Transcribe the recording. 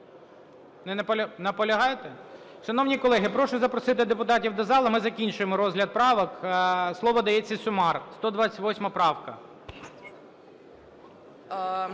Наполягаєте? Шановні колеги, прошу запросити депутатів до зали, ми закінчуємо розгляд правок. Слова дається Сюмар, 128 правка.